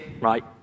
right